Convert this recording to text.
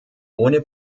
ohne